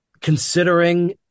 considering